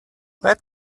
let